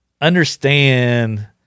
understand